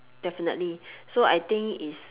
definitely so I think is